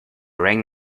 ring